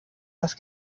das